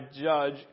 judge